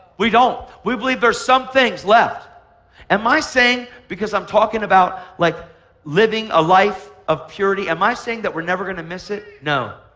we don't. we believe there's some things left. and am i saying because i'm talking about like living a life of purity, am i saying that we're never going to miss it? no,